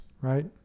right